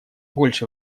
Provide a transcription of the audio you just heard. больше